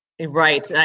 Right